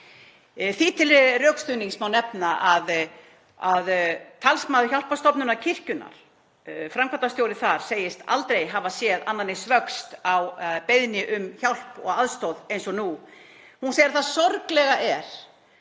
Því til rökstuðnings má nefna að talsmaður Hjálparstofnunar kirkjunnar, framkvæmdastjórinn þar, segist aldrei hafa séð annan eins vöxt í beiðnum um hjálp og aðstoð eins og nú. Hún segir: Það sorglega er